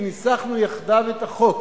וניסחנו יחדיו את החוק.